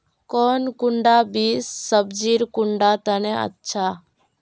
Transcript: कौन कुंडा बीस सब्जिर कुंडा तने अच्छा?